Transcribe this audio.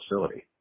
facility